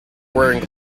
wearing